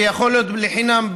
ויכול להיות חינם,